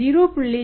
01